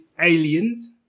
Aliens